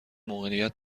موقعیت